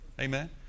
amen